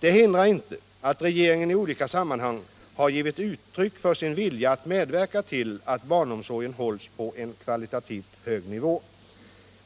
Det hindrar inte att regeringen i olika sammanhang har givit uttryck för sin vilja att medverka till att barnomsorgen hålls på en kvalitativt hög nivå.